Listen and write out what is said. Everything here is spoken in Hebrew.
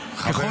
ככל